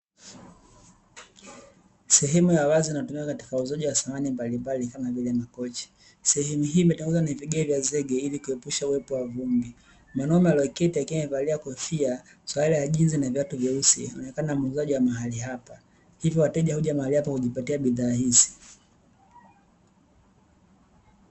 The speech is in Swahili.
Sehemu ya wazi inayotumika katika uuzaji wa samani mbalimbali, kama vile makochi. Sehemu hii imetengenezwa na vigae vya zege ili kuepusha uwepo wa vumbi. Mwanaume aliyeketi akiwa amevalia kofia, suruali ya jinzi na viatu vyeusi; anaonekana muuzaji wa mahali hapa, hivyo wateja huja mahali hapa kujipatia bidhaa hizi.